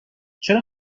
چرا